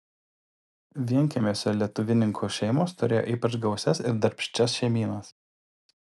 vienkiemiuose lietuvininkų šeimos turėjo ypač gausias ir darbščias šeimynas